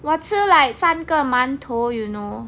我吃 like 三个馒头 you know